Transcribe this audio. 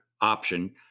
option